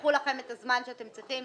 תיקחו לכם את הזמן שאתם צריכים.